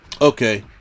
Okay